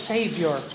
Savior